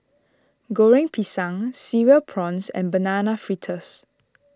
Goreng Pisang Cereal Prawns and Banana Fritters